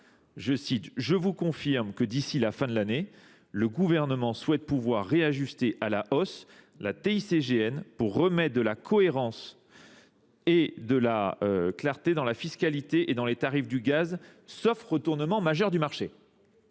le gaz. Je vous confirme que d'ici la fin de l'année, le gouvernement souhaite pouvoir réajuster à la OSS la TICGN pour remettre de la cohérence et de la clarté dans la fiscalité et dans les tarifs du gaz, sauf retournement majeur du marché.